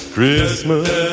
Christmas